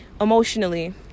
emotionally